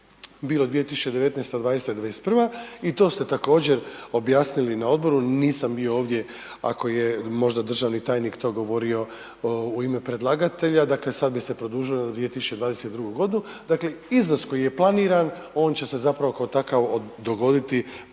bila 2019., '20., '21. i to ste također objasnili na odboru, nisam bio ovdje ako je možda državni tajnik to govorio u ime predlagatelja, dakle sad bi se produžilo na 2022.g., dakle iznos koji je planiran on će se zapravo kao takav dogoditi prema